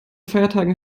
feiertagen